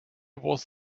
was